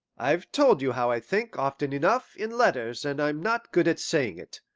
i've told you how i think, often enough, in letters, and i'm not good at saying it.